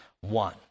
one